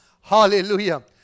Hallelujah